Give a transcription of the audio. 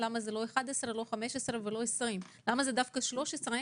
למה זה דווקא 13%?